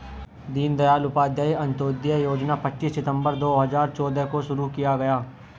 दीन दयाल उपाध्याय अंत्योदय योजना पच्चीस सितम्बर दो हजार चौदह को शुरू किया गया